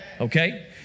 Okay